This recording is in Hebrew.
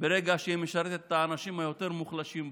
ברגע שהיא משרתת את האנשים היותר-מוחלשים בחברה.